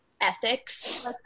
ethics